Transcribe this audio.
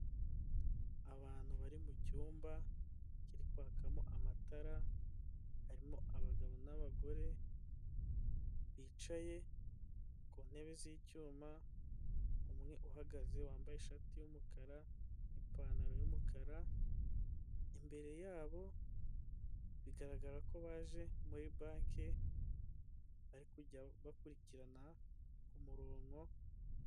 Abantu bari mu cyumba kiri kwakamo amatara, harimo abagabo n'abagore bicaye ku ntebe z'icyuma, umwe uhagaze wambaye ishati y'umukara n'ipantaro y'umukara, imbere yabo bigaragara ko baje muri banki hakujya bakurikirana ku kumurongo.